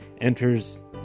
enters